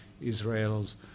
Israel's